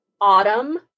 Autumn